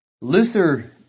Luther